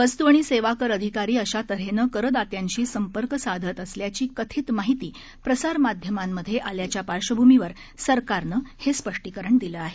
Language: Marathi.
वस्तु आणि सेवाकर अधिकारी अशा तन्हेनं करदात्यांशी संपर्क साधत असल्याची कथित माहिती प्रसारमाध्यमांमधे आल्याच्या पार्श्वभूमीवर सरकारनं हे स्पष्टीकरण दिलं आहे